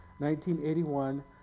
1981